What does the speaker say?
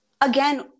again